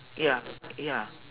ya ya